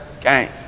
gang